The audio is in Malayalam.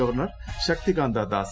ഗവർണർ ശക്തികാന്ത ദാസ്